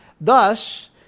Thus